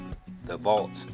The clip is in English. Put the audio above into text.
the vaults,